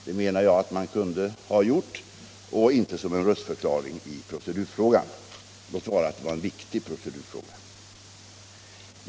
Man kunde ha gjort detta i stället för att lämna en röstförklaring i procedurfrågan — låt vara att det var en viktig procedurfråga.